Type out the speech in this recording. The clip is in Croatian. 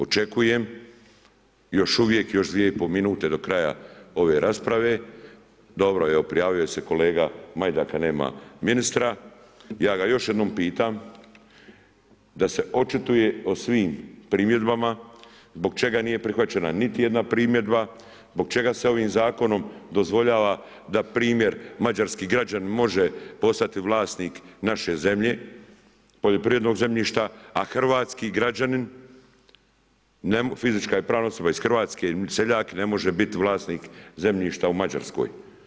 Očekujem još uvijek, još dvije i pol minuta do kraja ove rasprave, dobro evo prijavio se kolega Majdak, a nema ministra, ja ga još jednom pitam da se očituje o svim primjedbama zbog čega nije prihvaćena niti jedna primjedba, zbog čega se ovim zakonom dozvoljava da primjer mađarski građanin može postati vlasnik naše zemlje, poljoprivrednog zemljišta, a hrvatski građanin fizička i pravna osoba iz Hrvatske seljak ne može biti vlasnik zemljišta u Mađarskoj.